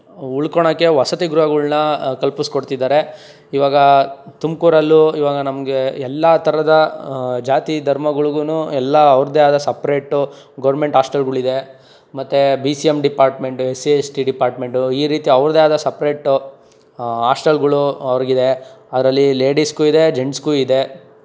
ಉಳ್ಕೊಳ್ಳೋಕೆ ವಸತಿ ಗೃಹಗಳನ್ನ ಕಲ್ಪಿಸಿ ಕೊಡ್ತಿದ್ದಾರೆ ಇವಾಗ ತುಮಕೂರಲ್ಲೂ ಇವಾಗ ನಮಗೆ ಎಲ್ಲ ಥರದ ಜಾತಿ ಧರ್ಮಗಳಿಗೂನು ಎಲ್ಲ ಅವ್ರದ್ದೇ ಆದ ಸಪ್ರೇಟು ಗೌರ್ಮೆಂಟ್ ಆಸ್ಟೆಲ್ಗಳಿದೆ ಮತ್ತು B C M department S C S T department ಈ ರೀತಿ ಅವ್ರದ್ದೇ ಆದ ಸಪ್ರೇಟ್ ಆಸ್ಟೆಲ್ಗಳು ಅವ್ರಿಗಿದೆ ದರಲ್ಲಿ ಲೇಡೀಸ್ಗೂ ಇದೆ ಜೆಂಟ್ಸ್ಗೂ ಇದೆ